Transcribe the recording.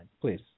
please